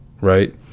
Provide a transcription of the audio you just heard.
right